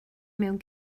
mewn